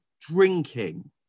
drinking